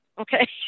Okay